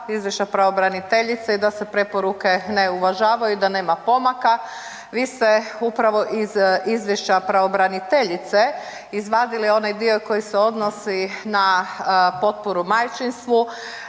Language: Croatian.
Izvješća pravobraniteljice i da se preporuke ne uvažavaju i da nema pomaka. Vi ste upravo iz Izvješća pravobraniteljice izvadili onaj dio koji se odnosi na potporu majčinstvu,